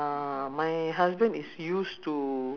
ya most of the time most of the time